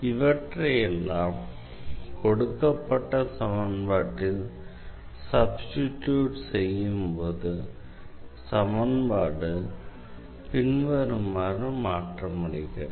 இவற்றையெல்லாம் கொடுக்கப்பட்ட சமன்பாட்டில் சப்ஸ்டிடியூட் செய்யும்போது சமன்பாடு பின்வருமாறு மாற்றமடைகிறது